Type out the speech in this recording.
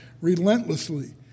relentlessly